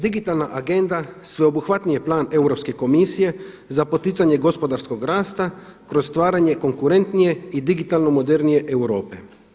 Digitalna agenda sveobuhvatni je plan Europske komisije za poticanje gospodarskog rasta kroz stvaranje konkurentnije i digitalno modernije Europe.